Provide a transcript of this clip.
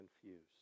confused